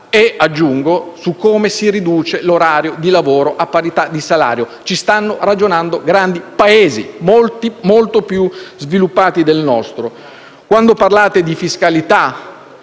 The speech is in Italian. - aggiungo - su come si riduce l'orario di lavoro a parità di salario. Ci stanno ragionando grandi Paesi, molto più sviluppati del nostro. Quando parlate di fiscalità,